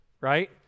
right